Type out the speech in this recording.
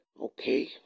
okay